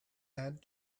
add